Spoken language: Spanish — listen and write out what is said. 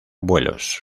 vuelos